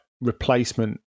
replacement